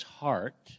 heart